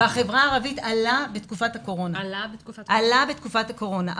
בחברה הערבית עלה בתקופת הקורונה.